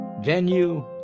venue